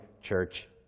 church